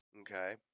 Okay